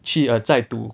去 err 再读